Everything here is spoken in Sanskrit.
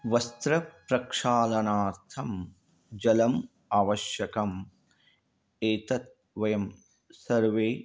वस्त्रप्रक्षालनार्थं जलम् आवश्यकम् एतत् वयं सर्वे